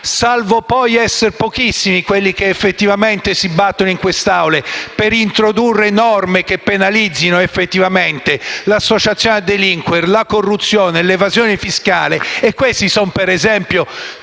salvo poi essere pochissimi quelli che davvero si battono in queste Aule per introdurre norme che penalizzino effettivamente l'associazione a delinquere, la corruzione, l'evasione fiscale. Queste sono, ad esempio,